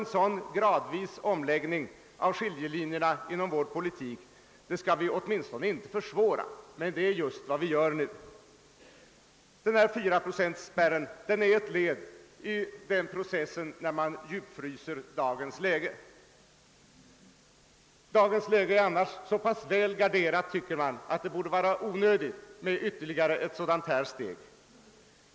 En sådan gradvis omläggning av skiljelinjerna inom vår politik skall vi åtminstone inte försvåra, men det är just vad vi gör nu. 4-procentspärren är ett led i processen att djupfrysa dagens läge. Dagens läge är annars så pass väl garderat, att det borde vara onödigt med även denna åtgärd.